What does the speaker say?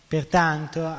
Pertanto